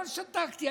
אבל שתקתי,